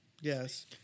Yes